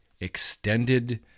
extended